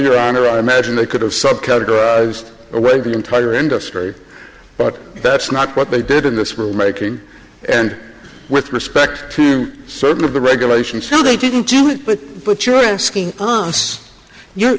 your honor i imagine they could have subcategories regular entire industry but that's not what they did in this world making and with respect to certain of the regulation so they didn't do it but put your asking us your